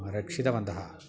रक्षितवन्तः